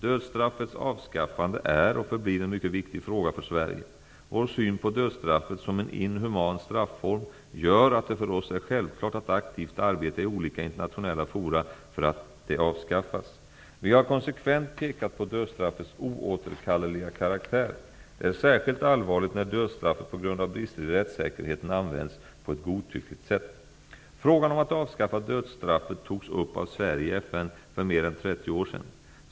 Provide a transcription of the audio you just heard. Dödsstraffets avskaffande är och förblir en mycket viktig fråga för Sverige. Vår syn på dödsstraffet som en inhuman strafform gör att det för oss är självklart att aktivt arbeta i olika internationella fora för att det avskaffas. Vi har konsekvent pekat på dödsstraffets oåterkalleliga karaktär. Det är särskilt allvarligt när dödsstraffet på grund av brister i rättssäkerheten används på ett godtyckligt sätt. Frågan om att avskaffa dödsstraffet togs upp av Sverige i FN för mer än 30 år sedan.